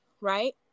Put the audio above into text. right